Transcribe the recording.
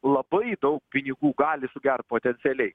labai daug pinigų gali sugert potencialiai